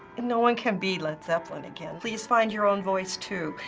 and no one can be led zeppelin again. please find your own voice too,